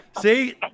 See